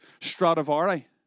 Stradivari